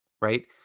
right